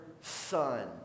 son